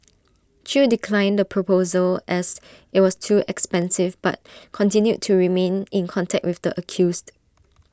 chew declined the proposal as IT was too expensive but continued to remain in contact with the accused